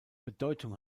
bedeutung